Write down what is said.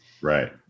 Right